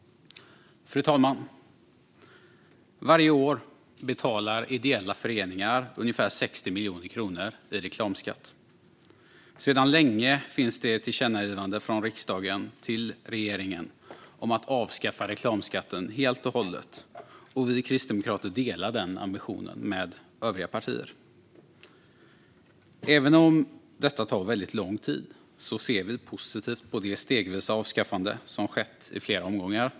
Fru talman! Varje år betalar ideella föreningar ungefär 60 miljoner kronor i reklamskatt. Sedan länge finns det ett tillkännagivande från riksdagen till regeringen om att avskaffa reklamskatten helt och hållet. Vi kristdemokrater delar den ambitionen med övriga partier. Även om detta tar väldigt lång tid ser vi positivt på det stegvisa avskaffande som har skett i flera omgångar.